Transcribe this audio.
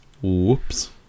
Whoops